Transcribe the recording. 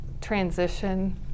transition